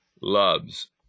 loves